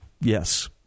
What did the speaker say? Yes